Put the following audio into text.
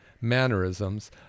mannerisms